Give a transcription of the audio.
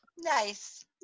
Nice